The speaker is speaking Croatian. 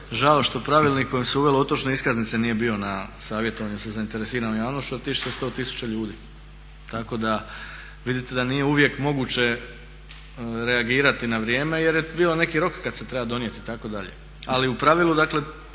žao što pravilnikom se uvelo otočne iskaznice nije bio na savjetovanju sa zainteresiranom javnošću jer …/Govornik se ne razumije./… ljudi. Tako da vidite da nije uvijek moguće reagirati na vrijeme jer je bio neki rok kada se treba donijeti itd.. Ali u pravilu dakle